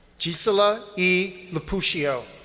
gisela e. laputio.